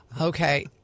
Okay